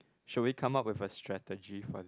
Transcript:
should we come up with a strategy for it